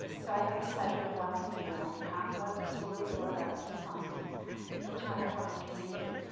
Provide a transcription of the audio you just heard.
so i have the pleasure of welcoming you on behalf ah of the school of liberal arts and sciences and the entire humber community,